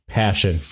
passion